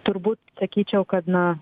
turbūt sakyčiau kad na